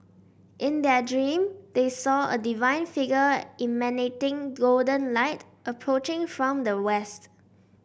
in their dream they saw a divine figure emanating golden light approaching from the west